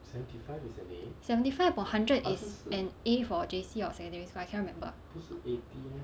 seventy five upon hundred is an A for J_C or secondary school I cannot remember